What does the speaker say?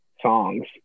songs